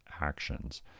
actions